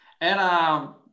Era